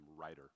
writer